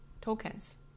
tokens